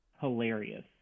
hilarious